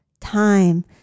time